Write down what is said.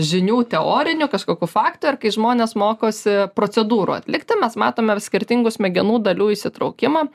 žinių teorinių kažkokių faktų ar kai žmonės mokosi procedūrų atlikti mes matome skirtingų smegenų dalių įsitraukimą